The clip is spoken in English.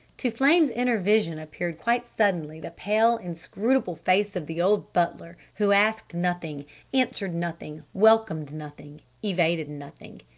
to flame's inner vision appeared quite suddenly the pale, inscrutable face of the old butler who asked nothing answered nothing welcomed nothing evaded nothing.